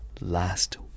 last